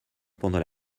pendant